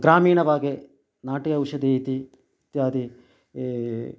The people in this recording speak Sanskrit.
ग्रामीणभागे नाटि औषधि इति इत्यादि